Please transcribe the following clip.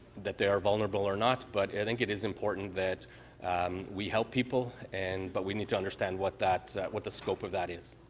that they are vulnerable or not, but i think it is important that we help people. and but we need to understand what that that what the scope of that is.